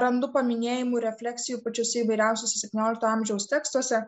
randu paminėjimų refleksijų pačiuose įvairiausiuose septyniolikto amžiaus tekstuose